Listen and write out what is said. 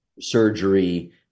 Surgery